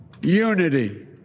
unity